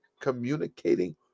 communicating